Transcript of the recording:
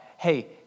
Hey